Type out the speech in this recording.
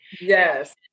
Yes